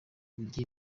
urugi